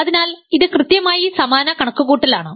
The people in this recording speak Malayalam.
അതിനാൽ ഇത് കൃത്യമായി സമാന കണക്കുകൂട്ടലാണ്